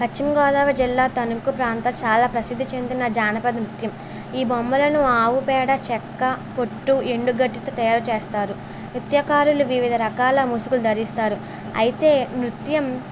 పశ్చిమగోదావరి జిల్లా తణుకు ప్రాంతం చాలా ప్రసిద్ధి చెందిన జానపద నృత్యం ఈ బొమ్మలను ఆవు పేడ చెక్క పొట్టు ఎండు గడ్డితో తయారు చేస్తారు నృత్యకారులు వివిధ రకాల మూసుగులు ధరిస్తారు అయితే నృత్యం